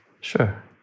sure